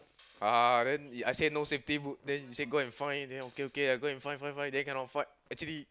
uh then I say no safety boots then he say go and find then okay okay I go and find find find then cannot find actually